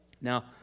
Now